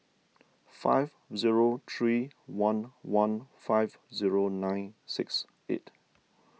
five zero three one one five zero nine six eight